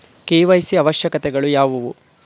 KYC ಅವಶ್ಯಕತೆಗಳು ಯಾವುವು?